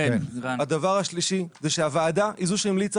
הדבר השלישי זה שהוועדה היא זו שהמליצה